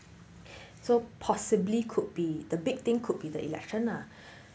so possibly could be the big thing could be the election lah